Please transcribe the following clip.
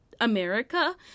america